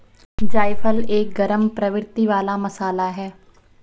जायफल एक गरम प्रवृत्ति वाला मसाला है